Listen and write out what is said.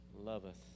loveth